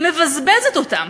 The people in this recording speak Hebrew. מבזבזת אותם,